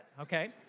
okay